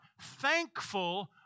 thankful